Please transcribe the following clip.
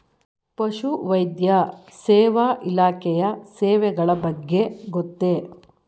ಪಶುವೈದ್ಯ ಸೇವಾ ಇಲಾಖೆಯ ಸೇವೆಗಳ ಬಗ್ಗೆ ಗೊತ್ತೇ?